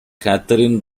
katherine